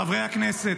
חברי הכנסת,